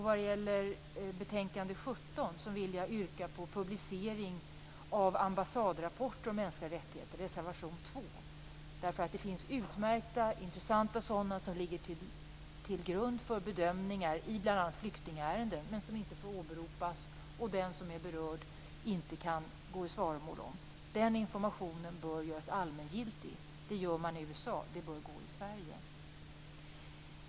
Vad gäller betänkande 17 yrkar jag på publicering av ambassadrapporter om mänskliga rättigheter, dvs. reservation 2. Det finns utmärkta intressanta sådana som ligger till grund för bedömningar i bl.a. flyktingärenden men som inte får åberopas och som den som är berörd inte kan gå i svaromål om. Den informationen bör göras allmänt tillgänglig. Det gör man i USA, och det bör gå i Sverige.